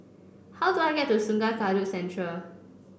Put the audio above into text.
how do I get to Sungei Kadut Central